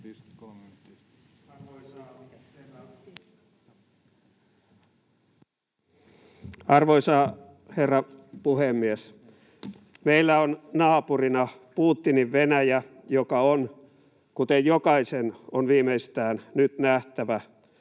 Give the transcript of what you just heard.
Arvoisa herra puhemies! Meillä on naapurina Putinin Venäjä, joka on, kuten jokaisen on viimeistään nyt nähtävä,